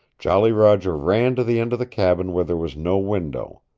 jolly roger ran to the end of the cabin where there was no window.